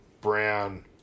Brown